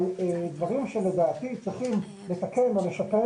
על דברים שלדעתי צריכים לתקן ולשפר